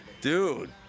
Dude